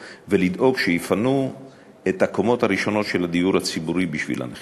דאגנו שיפנו את הקומות הראשונות של הדיור הציבורי בשביל הנכים.